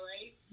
right